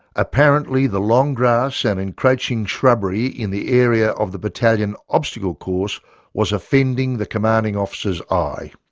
apparently the long grass and encroaching shrubbery in the area of the battalion obstacle course was offending the commanding officer's eye.